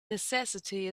necessity